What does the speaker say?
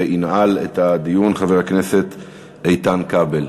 וינעל את הדיון חבר הכנסת איתן כבל.